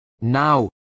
Now